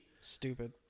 Stupid